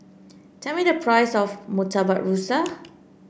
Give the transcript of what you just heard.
tell me the price of Murtabak Rusa